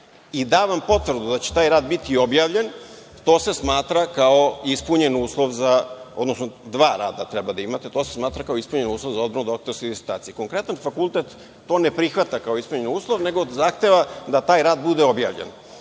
i da vam potvrdu da će taj rad biti objavljen, to se smatra kao ispunjen uslov, odnosno dva rada treba da imate, za odbranu doktorske disertacije. Konkretan fakultet to ne prihvata kao ispunjen uslov, nego zahteva da taj rad bude objavljen.